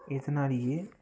இதனாலேயே